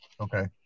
Okay